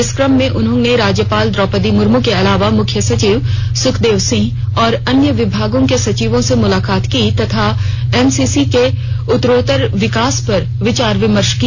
इस कम में उन्होंने राज्यपाल द्रौपदी मुर्मू के अलावा मुख्य सचिव सुखदेव सिंह और अन्य विभागों के सचिवों से मुलाकात की तथा एनसीसी के उतरोत्तर विकास पर विचार विमर्श किया